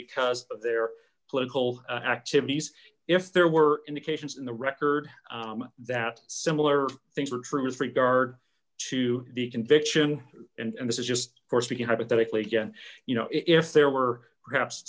because of their political activities if there were indications in the record that similar things were true as regard to the conviction and this is just for speaking hypothetically you know if there were perhaps